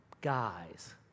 guys